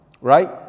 right